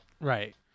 right